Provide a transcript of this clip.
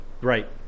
Right